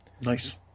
nice